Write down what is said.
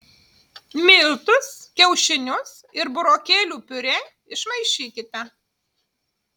miltus kiaušinius ir burokėlių piurė išmaišykite